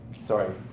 Sorry